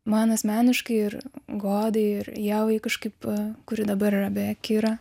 man asmeniškai ir godai ir ievai kažkaip kuri dabar yra beje kira